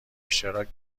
اشتراک